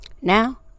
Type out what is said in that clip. now